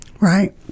right